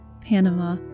Panama